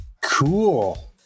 Cool